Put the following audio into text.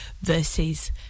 versus